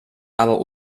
aber